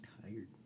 tired